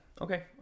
okay